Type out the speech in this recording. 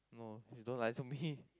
no you don't lie to me